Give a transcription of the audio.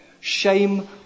Shame